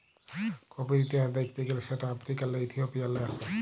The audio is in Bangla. কফির ইতিহাস দ্যাখতে গ্যালে সেট আফ্রিকাল্লে ইথিওপিয়াল্লে আস্যে